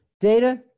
Data